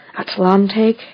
Atlantic